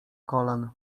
kolan